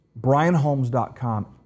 BrianHolmes.com